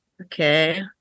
Okay